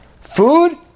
Food